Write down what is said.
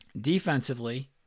Defensively